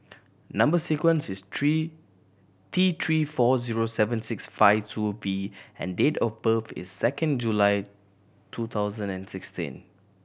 number sequence is three T Three four zero seven six five two V and date of birth is second July two thousand and sixteen